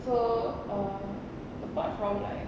so apart from like